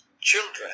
children